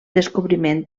descobriment